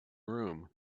room